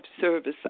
service